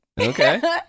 okay